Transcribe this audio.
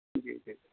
जी जी